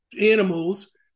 animals